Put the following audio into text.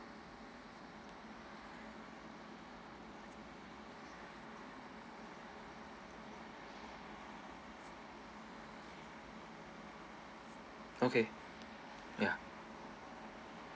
okay ya